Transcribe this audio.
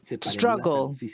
struggle